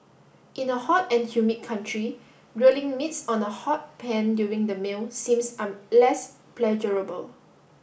in a hot and humid country grilling meats on a hot pan during the meal seems less pleasurable